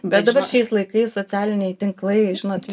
bet dabar šiais laikais socialiniai tinklai žinot